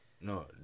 No